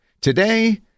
Today